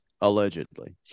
Allegedly